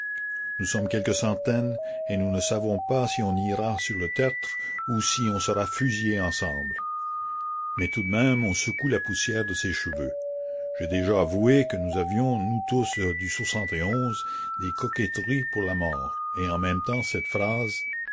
nous sommes quelques centaines et nous ne savons pas si on ira sur le tertre ou si on sera fusillé ensemble mais tout de même on secoue la poussière de ses cheveux j'ai déjà avoué que nous avions nous tous du des coquetteries pour la mort et en même temps cette phrase